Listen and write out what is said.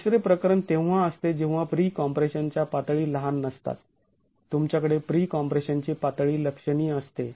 तिसरे प्रकरण तेव्हा असते जेव्हा प्री कॉम्प्रेशन च्या पातळी लहान नसतात तुमच्याकडे प्री कॉम्प्रेशनची पातळी लक्षणीय असते